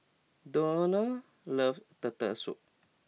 Donny loves Turtle Soup